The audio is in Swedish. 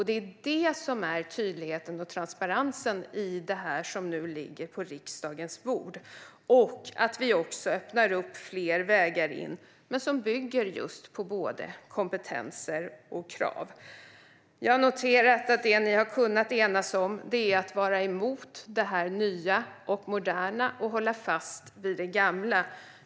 Det är det som är tydligheten och transparensen i det förslag som nu ligger på riksdagens bord. Vi öppnar också fler vägar in som bygger just på både kompetenser och krav. Jag noterar att det ni har kunnat enas om är att vara emot det nya och moderna och att hålla fast vid det gamla.